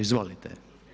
Izvolite.